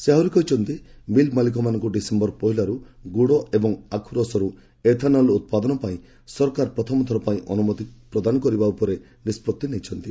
ସେ ଆହୁରି କହିଚନ୍ତି ମିଲ୍ ମାଳିକମାନଙ୍କୁ ଡିସେମ୍ବର ପହିଲାରୁ ଗୁଡ଼ ଏବଂ ଆଖୁରସରୁ ଏଥାନଲ୍ ଉତ୍ପାଦନ ପାଇଁ ସରକାର ପ୍ରଥମ ଥରପାଇଁ ଅନୁମତି ପ୍ରଦାନ କରିବା ଉପରେ ନିଷ୍ପଭି ନେଇଛନ୍ତି